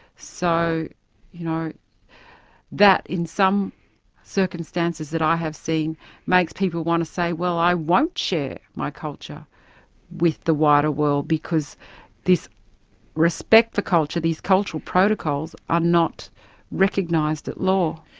so you know that in some circumstances that i have seen makes people want to say, well i won't share my culture with the wider world because this respect for culture, these cultural protocols, are not recognised at law.